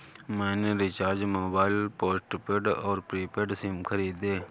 मैंने recharge mobile postpaid और prepaid sim खरीदे